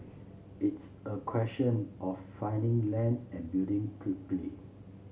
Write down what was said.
it's a question of finding land and building quickly